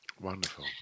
Wonderful